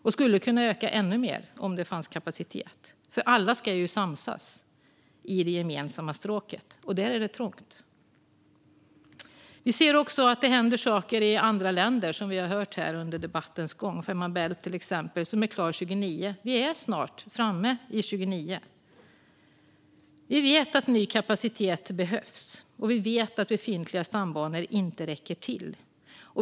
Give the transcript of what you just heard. Den skulle kunna öka ännu mer om det fanns kapacitet. Men alla ska samsas i det gemensamma stråket, och där är det trångt. Vi ser också att det händer saker i andra länder, som vi har hört här under debattens gång. Fehmarn Bält-förbindelsen är klar 2029. Vi är snart framme vid 2029. Vi vet att ny kapacitet behövs, och vi vet att befintliga stambanor inte räcker till.